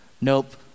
Nope